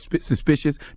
suspicious